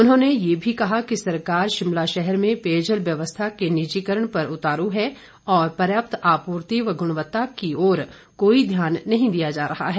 उन्होंने ये भी कहा कि सरकार शिमला शहर में पेयजल व्यवस्था के निजीकरण पर उतारू है और पर्याप्त आपूर्ति तथा गुणवत्ता की ओर कोई ध्यान नहीं दिया जा रहा है